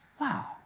wow